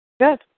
good